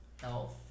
health